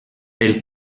pel